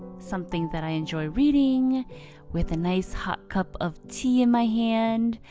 something that i enjoy reading with a nice hot cup of tea in my hand.